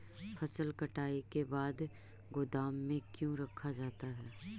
फसल कटाई के बाद गोदाम में क्यों रखा जाता है?